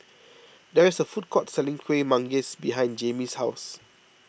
there is a food court selling Kuih Manggis behind Jayme's house